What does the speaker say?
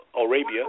Arabia